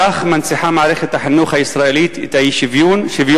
כך מנציחה מערכת החינוך הישראלית את האי-שוויון.